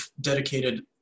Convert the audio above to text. dedicated